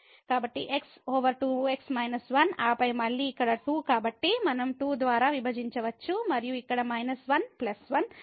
కాబట్టి x over 2 x−1 ఆపై మళ్ళీ ఇక్కడ 2 కాబట్టి మనం 2 ద్వారా విభజించవచ్చు మరియు ఇక్కడ −1 1